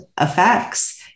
effects